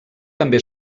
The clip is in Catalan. també